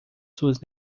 suas